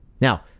Now